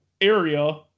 area